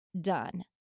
done